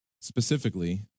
specifically